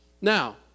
Now